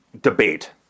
debate